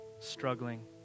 struggling